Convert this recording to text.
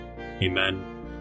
Amen